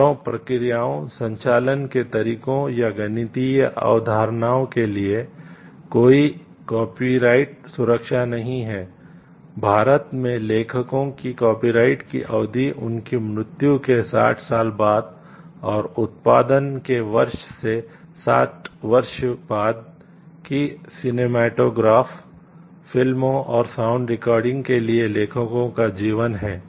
विचारों प्रक्रियाओं संचालन के तरीकों या गणितीय अवधारणाओं के लिए कोई कॉपीराइट के लिए लेखकों का जीवन है